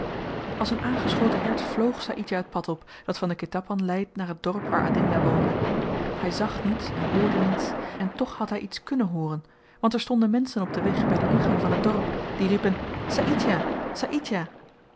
als een aangeschoten hert vloog saïdjah t pad op dat van den ketapan leidt naar het dorp waar adinda woonde hy zag niets en hoorde niets en toch had hy iets kunnen hooren want er stonden menschen op den weg by den ingang van het dorp die riepen saïdjah saïdjah